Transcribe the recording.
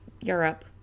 Europe